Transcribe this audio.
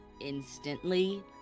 instantly